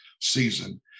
season